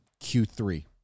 Q3